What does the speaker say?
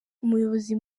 umuyobozi